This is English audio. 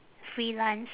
freelance